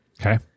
okay